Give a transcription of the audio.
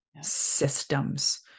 systems